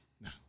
No